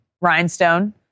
Rhinestone